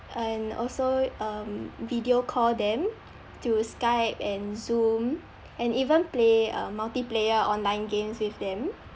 and also um video call them to skype and zoom and even play uh multiplayer online games with them